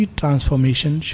transformation